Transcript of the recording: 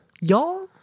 Y'all